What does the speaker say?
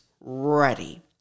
ready